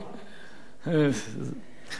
אדוני היושב-ראש,